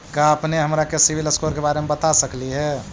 का अपने हमरा के सिबिल स्कोर के बारे मे बता सकली हे?